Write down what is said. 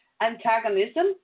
antagonism